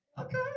Okay